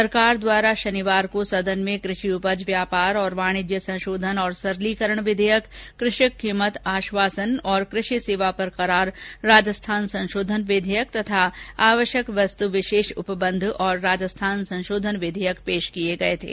सरकार द्वारा शनिवार को सदन में कृषि उपज व्यापार और वाणिज्य संशोधन और सरलीकरण विधेयक कृषक कीमत आश्वासन और कृषि सेवा पर करार राजस्थान संशोधन विधेयक तथा आवश्यक वस्तु विशेष उपबंध और राजस्थान संशोधन विधेयक पेश किये